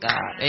God